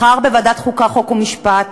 מחר בוועדת החוקה, חוק ומשפט,